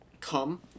Come